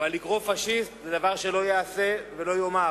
אבל לקרוא "פאשיסט" זה דבר שלא ייעשה ולא ייאמר.